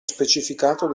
specificato